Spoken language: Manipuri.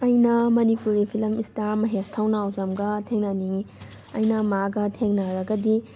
ꯑꯩꯅ ꯃꯅꯤꯄꯨꯔꯤ ꯐꯤꯂꯝ ꯏꯁꯇꯥꯔ ꯃꯍꯦꯁ ꯊꯧꯅꯥꯎꯖꯝꯒ ꯊꯦꯡꯅꯅꯤꯡꯉꯤ ꯑꯩꯅ ꯃꯥꯒ ꯊꯦꯡꯅꯔꯒꯗꯤ